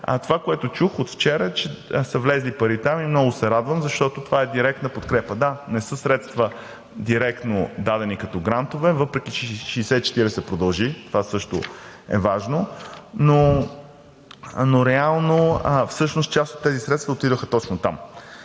Това, което чух от вчера, е, че са влезли пари там, и много се радвам, защото това е директна подкрепа. Да, не са средства директно дадени като грантове, въпреки че 60/40 продължи – това също е важно, но реално всъщност част от тези средства отидоха точно там.